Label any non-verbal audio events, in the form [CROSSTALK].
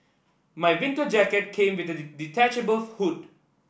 my winter jacket came with [UNINTELLIGIBLE] detachable hood